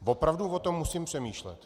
Opravdu o tom musím přemýšlet.